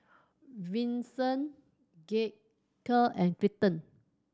Vicente Gaige and Clinton